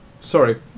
Sorry